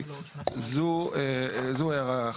זו הערה אחת.